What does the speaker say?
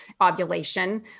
ovulation